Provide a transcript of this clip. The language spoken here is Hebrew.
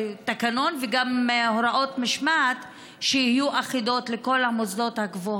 תקנון וגם הוראות משמעת שיהיו אחידות לכל המוסדות להשכלה